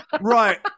right